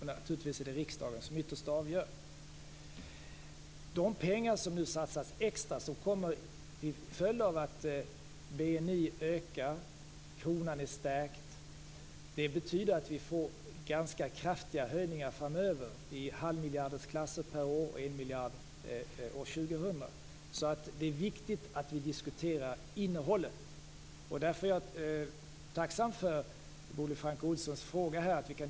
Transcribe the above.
Naturligtvis är det riksdagen som ytterst avgör. De extrapengar som nu satsas till följd av att BNI ökar och att kronan är stärkt betyder att det nu blir ganska kraftiga höjningar framöver i halvmiljardersklassen per år och i enmiljardersklassen år 2000. Det är viktigt att diskutera innehållet. Därför är jag tacksam över Bodil Francke Ohlssons fråga.